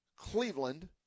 Cleveland